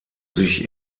sich